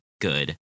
good